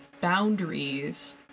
boundaries